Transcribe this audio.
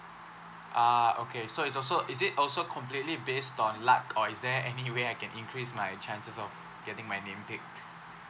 ah okay so it's also is it also completely based on luck or is there any way I can increase my chances of getting my name picked